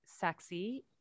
sexy